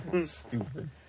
stupid